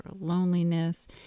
loneliness